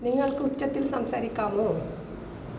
നിങ്ങൾക്ക് ഉച്ചത്തിൽ സംസാരിക്കാമോ